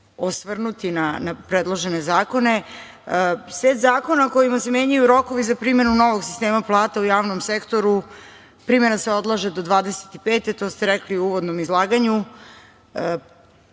osvrnuti na predložene zakona. Pred nama je set zakona kojima se menjaju rokovi za primenu novog sistema plata u javnom sektoru. Primena se odlaže do 2025. godine, to ste rekli u uvodnom izlaganju.